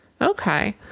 okay